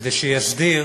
כדי שיסדיר